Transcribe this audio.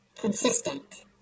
consistent